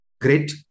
great